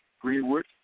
Greenwood